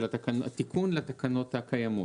התיקון לתקנות הקיימות.